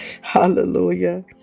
Hallelujah